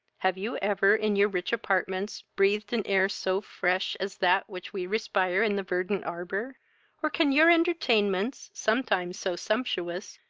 have you ever in your rich apartments breathed an air so fresh as that which we respire in the verdant arbour or can your entertainments, sometimes so sumptuous,